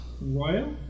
Royal